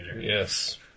Yes